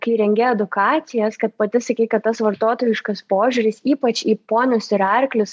kai rengi edukacijas kad pati sakei kad tas vartotojiškas požiūris ypač į ponius ir arklius